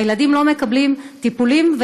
הילדים לא מקבלים טיפולים,